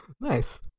Nice